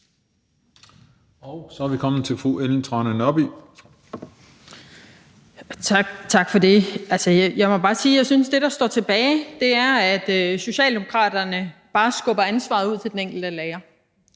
Ellen Trane Nørby. Kl. 13:52 Ellen Trane Nørby (V): Tak for det. Jeg må bare sige, at jeg synes, at det, der står tilbage, er, at Socialdemokraterne bare skubber ansvaret ud til den enkelte lærer.